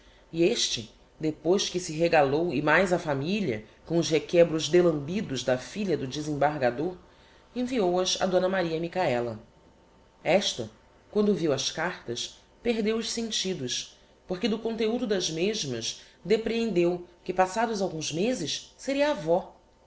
e este depois que se regalou e mais a familia com os requebros delambidos da filha do desembargador enviou as a d maria michaela esta quando viu as cartas perdeu os sentidos porque do conteudo das mesmas deprehendeu que passados alguns mezes seria avó